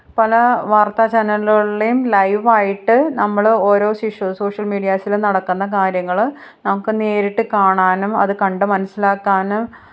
പല വാര്ത്താ ചാനലുകളിലെയും ലൈവായിട്ടു നമ്മൾ ഓരോ ശിശു സോഷ്യല് മീഡിയാസിൽ നടക്കുന്ന കാര്യങ്ങൾ നമുക്ക് നേരിട്ടു കാണാനും അതു കണ്ടു മനസ്സിലാക്കാനും